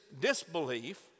disbelief